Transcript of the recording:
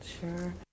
Sure